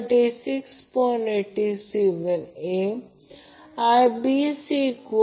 तर तो Vp आहे येथे cos 30° Vp cos 30° आहे